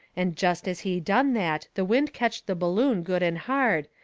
and jest as he done that the wind ketched the balloon good and hard,